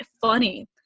funny